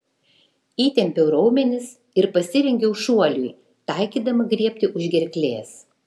įtempiau raumenis ir pasirengiau šuoliui taikydama griebti už gerklės